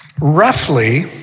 Roughly